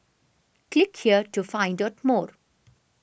click here to find out more